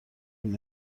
اون